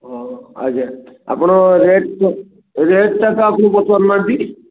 ହଁ ଆଜ୍ଞା ଆପଣ ରେଟ୍ ତ ରେଟ୍ଟା ତ ଆପଣ ପଚାରୁ ନାହାନ୍ତି